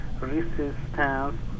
resistance